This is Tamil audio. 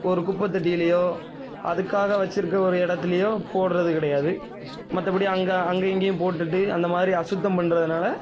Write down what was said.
ஒரு குப்பைத்தொட்டிலையோ அதுக்காக வெச்சுருக்க ஒரு இடத்துலையோ போடுறது கிடையாது மற்றபடி அங்கே அங்கே இங்கையும் போட்டுவிட்டு அந்த மாதிரி அசுத்தம் பண்ணுறதுனால